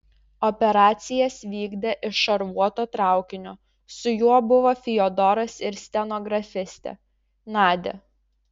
operacijas vykdė iš šarvuoto traukinio su juo buvo fiodoras ir stenografistė nadia